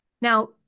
Now